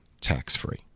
tax-free